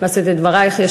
לשאת את דברייך.